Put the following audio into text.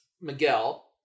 Miguel